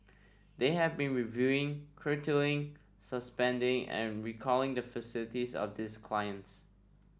they have been reviewing curtailing suspending and recalling the facilities of these clients